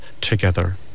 together